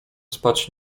spać